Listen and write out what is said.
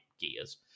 Gears